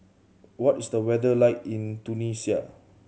what is the weather like in Tunisia